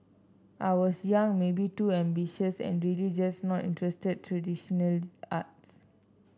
I was young maybe too ambitious and really just not interested traditional arts